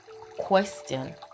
question